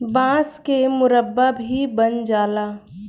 बांस के मुरब्बा भी बन जाला